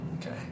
okay